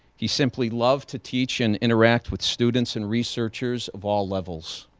he simply loved to teach and interact with students and researchers of all levels.